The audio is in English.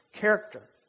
character